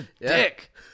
Dick